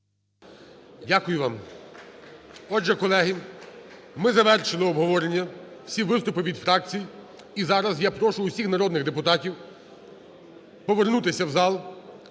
Дякую вам. Отже, колеги, ми завершили обговорення, всі виступи від фракцій і зараз я прошу усіх народних депутатів повернутися в зал.